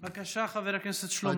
בבקשה, חבר הכנסת שלמה קרעי.